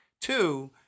Two